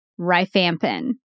Rifampin